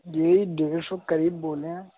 यही डेढ़ सौ करीब बोले हैं